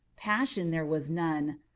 passion there was none.